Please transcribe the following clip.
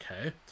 Okay